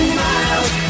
miles